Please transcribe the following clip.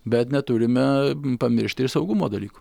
bet neturime pamiršti ir saugumo dalykų